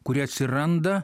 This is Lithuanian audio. kurie atsiranda